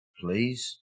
please